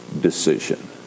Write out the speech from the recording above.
decision